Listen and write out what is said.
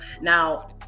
now